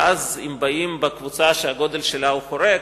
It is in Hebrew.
ואז אם באים בקבוצה שהגודל שלה חורג,